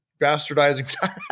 bastardizing